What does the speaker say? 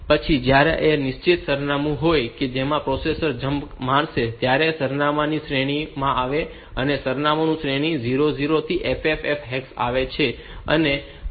તેથી પછી જો ત્યાં એક નિશ્ચિત સરનામું હોય કે જેના પર પ્રોસેસર જમ્પ મારશે અને તે સરનામાંની શ્રેણી આમાં આવે છે તે સરનામું આ શ્રેણી 00 થી ff હેક્સ માં આવે છે અને તે ભાગમાં આવે છે